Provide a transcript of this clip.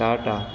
Tata